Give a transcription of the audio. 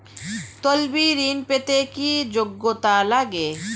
তলবি ঋন পেতে কি যোগ্যতা লাগে?